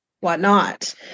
whatnot